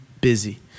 busy